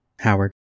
Howard